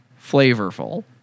flavorful